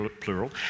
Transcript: plural